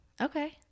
Okay